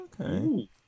okay